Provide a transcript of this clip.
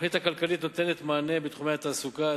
התוכנית הכלכלית נותנת מענה בתחומי התעסוקה,